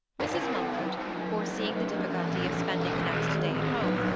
mrs. mumford, foreseeing the difficulty of spending the next day at home,